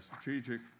strategic